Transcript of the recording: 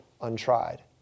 untried